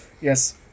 Yes